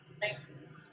Thanks